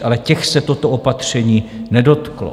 Ale těch se toto opatření nedotklo.